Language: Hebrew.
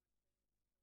כך